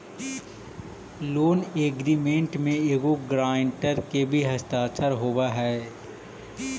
loan agreement में एगो guarantor के भी हस्ताक्षर होवऽ हई